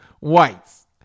whites